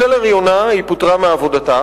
בשל הריונה היא פוטרה מעבודתה,